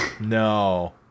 No